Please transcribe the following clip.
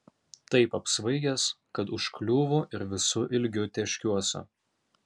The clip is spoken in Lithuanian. taip apsvaigęs kad užkliūvu ir visu ilgiu tėškiuosi